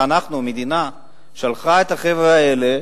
אנחנו, המדינה שלחה את החבר'ה האלה,